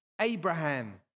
Abraham